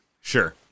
Sure